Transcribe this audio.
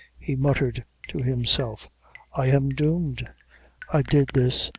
he muttered to himself i am doomed i did this,